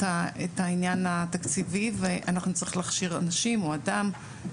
העניין התקציבי ואנחנו נצטרך להכשיר אנשים או אדם.